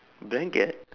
blanket